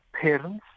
Parents